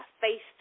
face